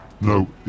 No